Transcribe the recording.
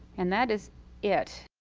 and that is it.